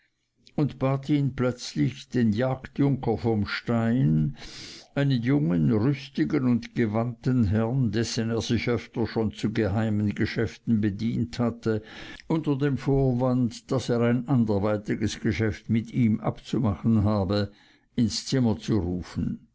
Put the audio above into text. und bat ihn plötzlich den jagdjunker vom stein einen jungen rüstigen und gewandten herrn dessen er sich öfter schon zu geheimen geschäften bedient hatte unter dem vorwand daß er ein anderweitiges geschäft mit ihm abzumachen habe ins zimmer zu rufen